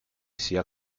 sia